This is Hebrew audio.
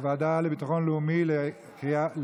התשפ"ג 2022, לוועדה לביטחון לאומי נתקבלה.